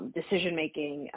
decision-making